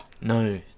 No